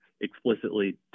explicitly